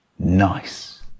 nice